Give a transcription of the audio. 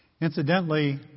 Incidentally